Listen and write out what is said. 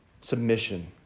submission